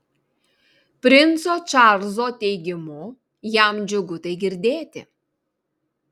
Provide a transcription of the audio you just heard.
princo čarlzo teigimu jam džiugu tai girdėti